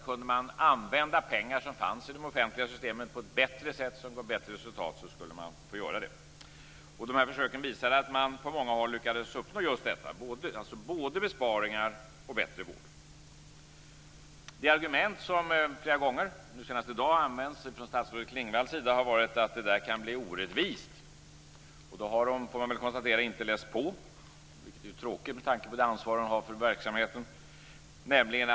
Kunde man använda pengar som fanns i de offentliga systemen på ett bättre sätt så att det gav bättre resultat, skulle man få göra det. På många håll lyckades man uppnå just detta, både besparingar och bättre vård. Det argument emot som statsrådet Maj-Inger Klingvall flera gånger - nu senast i dag - har använt har varit att det systemet kan bli orättvist. Då har hon inte läst på, vilket är tråkigt med tanke på det ansvar som hon har för verksamheten.